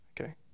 Okay